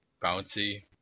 bouncy